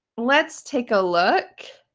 let's take a look.